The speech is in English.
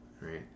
Right